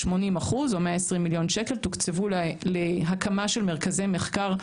80% או 120 מיליון שקל תוקצבו להקמה של מרכזי מחקר,